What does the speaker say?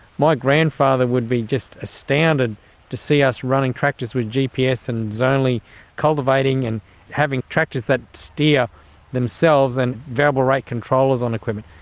my grandfather would be just astounded to see us running tractors with gps, and zonally cultivating, and having tractors that steer themselves, and variable rate controllers on equipment.